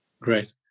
Great